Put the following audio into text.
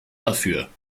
dafür